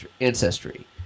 ancestry